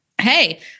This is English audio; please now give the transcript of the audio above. hey